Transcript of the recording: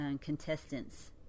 contestants